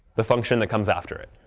the function that comes after it.